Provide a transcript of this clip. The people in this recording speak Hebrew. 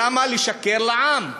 למה לשקר לעם?